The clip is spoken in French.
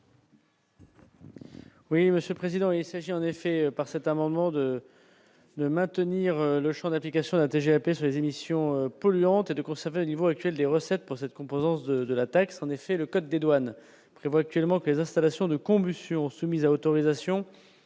Oui, Monsieur le président, il s'agit en effet par cet amendement de maintenir le Champ d'application de la TGAP ses émissions polluantes et de conserver un niveau actuel des recettes pour cette composante de latex, en effet, le code des douanes prévoit actuellement que les installations de combustion soumise à autorisation